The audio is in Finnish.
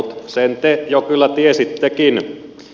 sen te jo kyllä tiesittekin